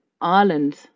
Ireland